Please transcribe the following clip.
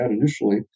initially